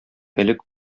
элек